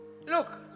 Look